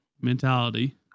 mentality